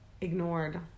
ignored